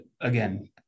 again